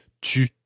tu